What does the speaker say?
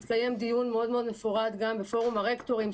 התקיים דיון מאוד מאוד מפורט גם בפורום הרקטורים,